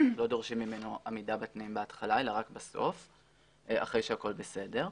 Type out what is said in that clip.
לא דורשים ממנו עמידה בתנאים בהתחלה אלא רק בסוף אחרי שהכול בסדר,